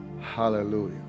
Hallelujah